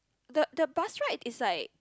the the bus right is like